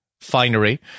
finery